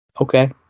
Okay